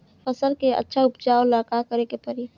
फसल के अच्छा उपजाव ला का करे के परी?